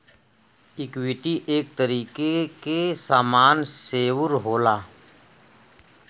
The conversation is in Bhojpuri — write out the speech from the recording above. इक्वीटी एक तरीके के सामान शेअर होला